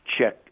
check